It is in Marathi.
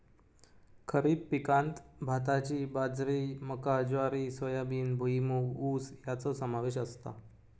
खरीप पिकांत भाताची बाजरी मका ज्वारी सोयाबीन भुईमूग ऊस याचो समावेश असता